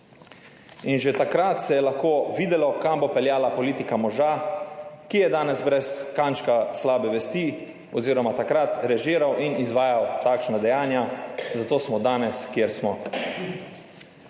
In že takrat se je lahko videlo kam bo peljala politika moža, ki je danes brez kančka slabe vesti oziroma takrat režiral in izvajal takšna dejanja. Zato smo danes, kjer smo.